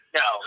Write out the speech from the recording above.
no